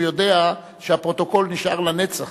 הוא יודע שהפרוטוקול נשאר לנצח.